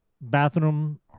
bathroom